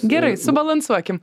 gerai subalansuokim